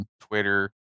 Twitter